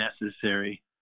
necessary